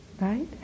right